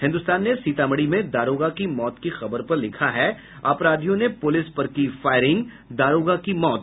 हिन्द्रस्तान ने सीतामढ़ी में दारोगा की मौत की खबर पर लिखा है अपराधियों ने पुलिस पर की फायरिंग दारोगा की मौत